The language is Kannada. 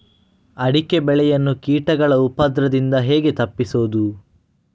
ಅಡಿಕೆ ಬೆಳೆಯನ್ನು ಕೀಟಗಳ ಉಪದ್ರದಿಂದ ಹೇಗೆ ತಪ್ಪಿಸೋದು?